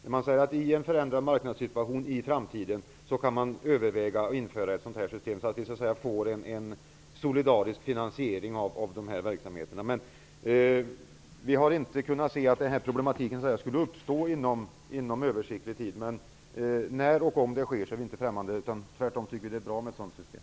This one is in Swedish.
Man säger där att man i en förändrad marknadssituation i framtiden kan överväga att införa ett sådant system att vi får en solidarisk finansiering av verksamheterna. Vi har inte kunnat se att det problemet skulle uppstå inom överskådlig tid. När och om det uppstår är vi inte främmande, utan tvärtom tycker att det är bra med ett sådant system.